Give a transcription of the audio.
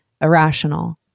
irrational